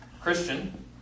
Christian